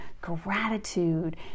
gratitude